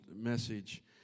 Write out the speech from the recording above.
message